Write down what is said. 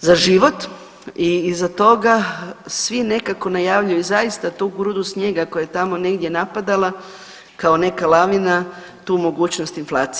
za život i iza toga svi nekako najavljuju zaista tu grudu snijega koja je tamo negdje napadala kao neka lavina, tu mogućnost inflacije.